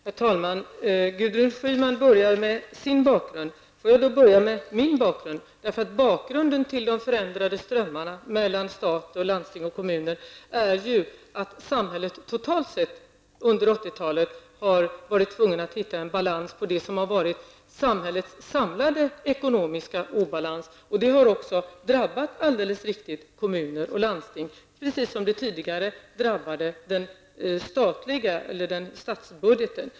Herr talman! Gudrun Schyman började med att ge sin bakgrundsteckning. Låt mig inledningsvis ge min bakgrundsteckning. Bakgrunden till förändringarna i strömmarna mellan staten och landsting/kommuner är att samhället totalt sett under 80-talet har varit tvunget att hitta en väg för att komma till rätta med samhällets samlade ekonomiska obalans. Det har också alldeles riktigt drabbat kommuner och landsting, precis som det tidigare drabbade statsbudgeten.